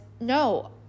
no